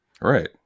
Right